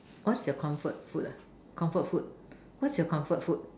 what is your comfort food ah comfort food what is your comfort food